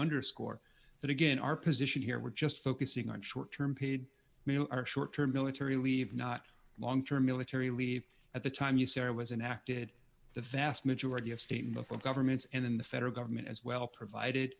underscore that again our position here we're just focusing on short term paid our short term military leave not long term military leave at the time usera was enacted the vast majority of state and local governments and in the federal government as well provided